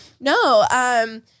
No